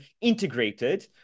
integrated